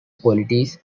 qualities